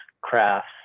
crafts